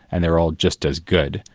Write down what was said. and they're all just as good,